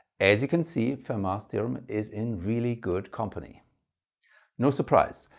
as you can see, fermat's theorem is in really good company no surprise,